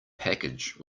package